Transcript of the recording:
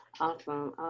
awesome